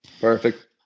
Perfect